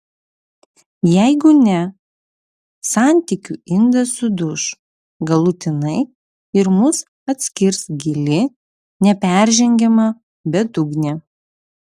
jeigu ne santykių indas suduš galutinai ir mus atskirs gili neperžengiama bedugnė